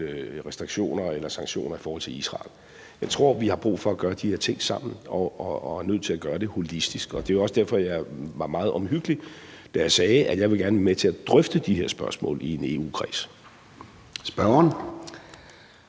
restriktioner eller sanktioner over for Israel? Jeg tror, vi har brug for at gøre de her ting sammen, og at vi er nødt til at gøre det holistisk. Det er også derfor, jeg var meget omhyggelig, da jeg sagde, at jeg gerne vil være med til at drøfte de her spørgsmål i EU-kredsen.